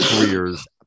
careers